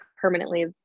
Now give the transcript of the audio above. permanently